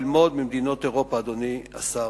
יש לנו הרבה מה ללמוד ממדינות אירופה, אדוני השר.